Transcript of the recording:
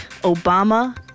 Obama